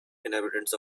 inhabitants